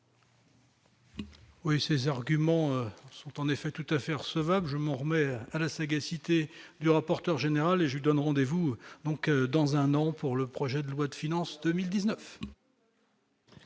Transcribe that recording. Oui, ces arguments sont en effet tout à fait recevable, je m'en remets à la sagacité du rapporteur général et je donne rendez-vous donc dans un an pour le projet de loi de finances 2019.